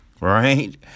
Right